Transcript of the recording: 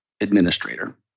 administrator